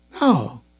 No